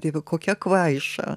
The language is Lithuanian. dieve kokia kvaiša